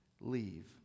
leave